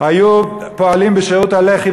פעלו בשירות הלח"י,